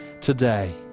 today